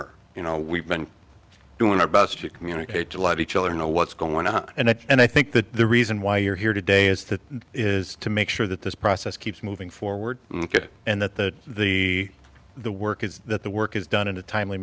her you know we've been doing our best to communicate to live each other know what's going on and i think that the reason why you're here today is to is to make sure that this process keeps moving forward and that the the work is that the work is done in a timely